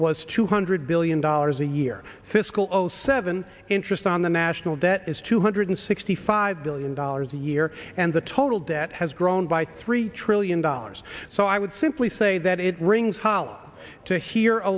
was two hundred billion dollars a year fiscal zero seven interest on the national debt is two hundred sixty five billion dollars a year and the total debt has grown by three trillion dollars so i would simply say that it rings hollow to hear a